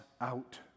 out